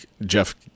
Jeff